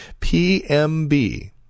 PMB